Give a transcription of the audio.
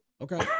okay